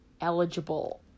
eligible